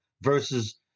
versus